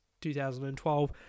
2012